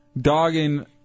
dogging